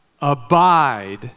Abide